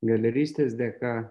galeristės dėka